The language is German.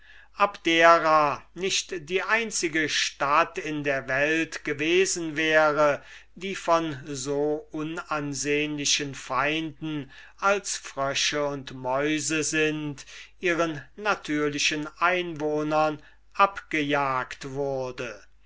abdera nicht die einzige stadt in der welt gewesen wäre die von so unansehnlichen feinden als frösche und mäuse sind ihren natürlichen einwohnern abgejagt worden